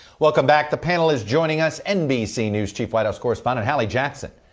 welcome back. the panel is joining us. nbc news chief white house correspondent hallie jackson,